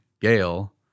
Gale